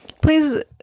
please